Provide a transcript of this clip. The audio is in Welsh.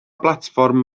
blatfform